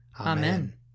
Amen